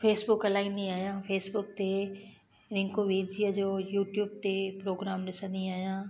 Facebook हलाईंदी आहियां Facebook ते रिंकू वीरजीअ जो यूट्यूब ते प्रोग्राम ॾिसंदी आहियां